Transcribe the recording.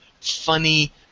funny